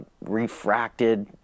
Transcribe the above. refracted